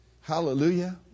Hallelujah